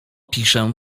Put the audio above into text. piszę